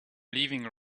leaving